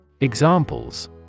Examples